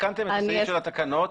תיקנתם את סעיף התקנות,